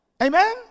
Amen